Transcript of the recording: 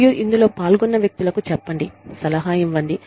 మరియు ఇందులో పాల్గొన్న వ్యక్తులకు చెప్పండి సలహా ఇవ్వండి